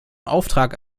auftrag